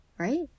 right